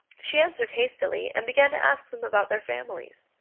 she answered hastily, and began to ask them about their families.